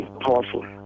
powerful